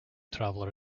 traveller